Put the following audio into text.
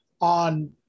on